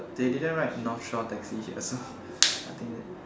they didn't write north shore taxi here so I think that